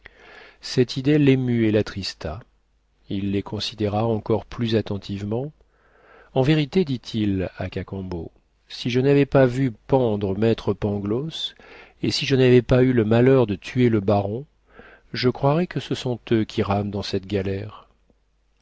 cette idée l'émut et l'attrista il les considéra encore plus attentivement en vérité dit-il à cacambo si je n'avais pas vu pendre maître pangloss et si je n'avais pas eu le malheur de tuer le baron je croirais que ce sont eux qui rament dans cette galère